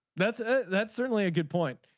that's that's certainly a good point.